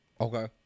Okay